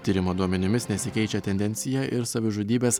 tyrimo duomenimis nesikeičia tendencija ir savižudybės